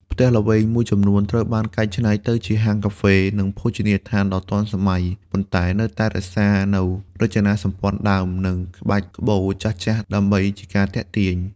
ផ្ទះល្វែងមួយចំនួនត្រូវបានកែច្នៃទៅជាហាងកាហ្វេ និងភោជនីយដ្ឋានដ៏ទាន់សម័យ ប៉ុន្តែនៅតែរក្សានូវរចនាសម្ព័ន្ធដើម និងក្បាច់ក្បូរចាស់ៗដើម្បីជាការទាក់ទាញ។